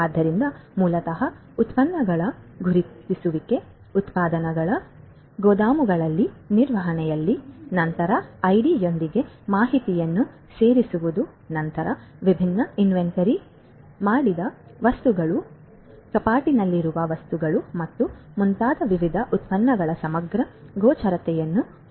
ಆದ್ದರಿಂದ ಮೂಲತಃ ಉತ್ಪನ್ನಗಳ ಗುರುತಿಸುವಿಕೆ ಉತ್ಪನ್ನಗಳು ಗೋದಾಮುಗಳಲ್ಲಿ ಗೋದಾಮುಗಳ ನಿರ್ವಹಣೆಯಲ್ಲಿ ನಂತರ ID ಯೊಂದಿಗೆ ಮಾಹಿತಿಯನ್ನು ಸೇರಿಸುವುದು ನಂತರ ವಿಭಿನ್ನ ಇನ್ವೆಂಟರಿ ಮಾಡಿದ ವಸ್ತುಗಳು ಕಪಾಟಿನಲ್ಲಿರುವ ವಸ್ತುಗಳು ಮತ್ತು ಮುಂತಾದ ವಿವಿಧ ಉತ್ಪನ್ನಗಳ ಸಮಗ್ರ ಗೋಚರತೆಯನ್ನು ಹೊಂದಿರುತ್ತದೆ